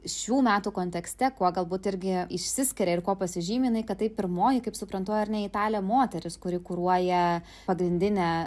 šių metų kontekste kuo galbūt irgi išsiskiria ir kuo pasižymi jinai kad tai pirmoji kaip suprantu ar ne italė moteris kuri kuruoja pagrindinę